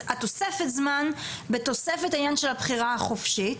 התוספת זמן בתוספת העניין של הבחירה החופשית,